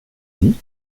dit